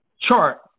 chart